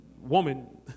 woman